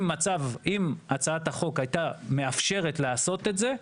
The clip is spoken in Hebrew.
אם הצעת החוק הייתה מאפשרת לעשות את זה,